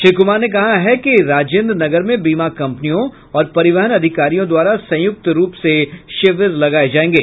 श्री कुमार ने कहा है कि राजेन्द्र नगर में बीमा कंपनियों और परिवहन अधिकारियों द्वारा संयुक्त रूप से शिविर लगाये जायेंगे